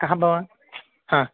कः भवान् ह